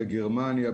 בגרמניה,